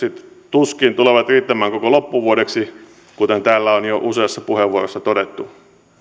riittämään koko loppuvuodeksi kuten täällä on jo useassa puheenvuorossa todettu